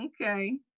Okay